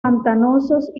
pantanosos